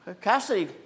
Cassidy